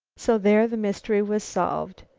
so there the mystery was solved.